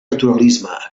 naturalisme